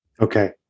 Okay